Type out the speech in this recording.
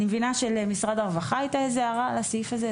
אני מבינה שלמשרד הרווחה הייתה איזו הערה על הסעף הזה,